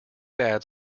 bad